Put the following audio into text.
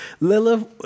Lilith